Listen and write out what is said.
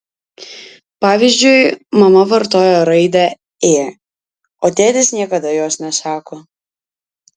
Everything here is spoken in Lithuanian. pavyzdžiui mama vartoja raidę ė o tėtis niekada jos nesako